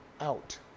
out